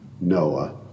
Noah